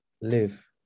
live